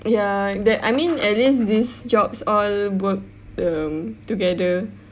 ya that I mean at least these jobs all work um together